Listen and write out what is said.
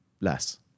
less